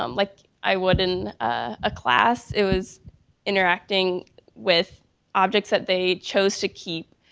um like i would in a class, it was interacting with objects that they chose to keep,